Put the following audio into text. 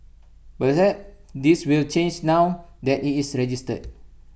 perhaps this will change now that IT is registered